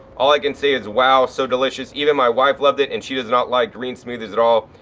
all i can say is wow, so delicious. even my wife loved it and she does not like green smoothies at all.